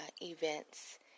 events